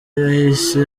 yahise